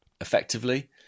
effectively